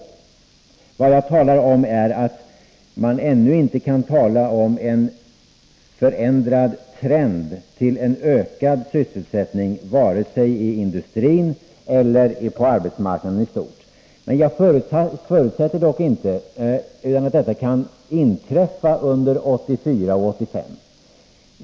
Vad jag vill framhålla är att man ännu inte kan tala om en förändrad trend i riktning mot ökad sysselsättning, vare sig i industrin eller på arbetsmarknaden i stort. Jag gör dock inga förutsägelser om huruvida detta kan inträffa under 1984 och 1985 eller inte.